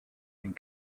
and